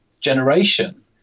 generation